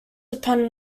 depend